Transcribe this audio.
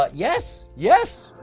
but yes! yes!